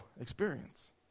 experience